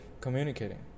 communicating